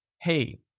hey